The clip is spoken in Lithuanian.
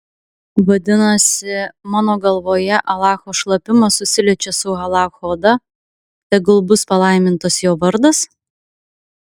vadinasi mano galvoje alacho šlapimas susiliečia su alacho oda tegul bus palaimintas jo vardas